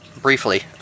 briefly